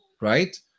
right